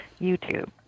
YouTube